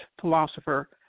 philosopher